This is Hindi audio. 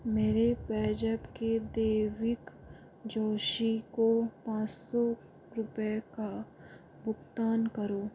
मेरे पेजेप की देविक जोशी को पाँच सौ रुपये का भुगतान करो